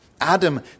Adam